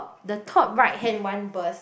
the top right hand one burst